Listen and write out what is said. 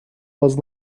was